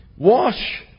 Wash